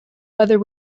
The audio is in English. whether